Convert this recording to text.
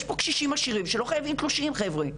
יש פה קשישים עשירים שלא חייבים תלושים חבר'ה,